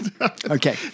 Okay